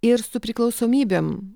ir su priklausomybėm